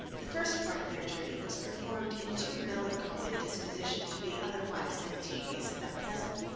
the first part of their journey was performed in too melancholy a disposition to be otherwise than tedious and unpleasant.